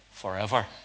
Forever